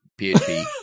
PHP